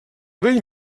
bell